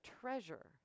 treasure